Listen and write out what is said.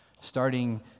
starting